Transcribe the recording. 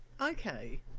Okay